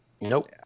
Nope